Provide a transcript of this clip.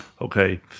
Okay